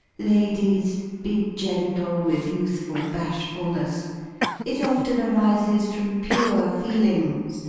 ladies, be gentle with youthful bashfulness it often arises from pure feelings,